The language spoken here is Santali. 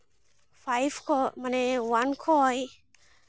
ᱠᱷᱚᱡ ᱢᱟᱱᱮ ᱚᱣᱟᱱ ᱠᱷᱚᱡ